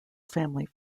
family